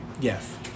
Yes